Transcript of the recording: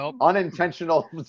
Unintentional